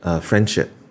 friendship